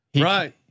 Right